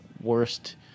worst